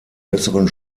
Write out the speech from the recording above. besseren